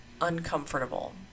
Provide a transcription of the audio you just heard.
uncomfortable